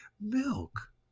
milk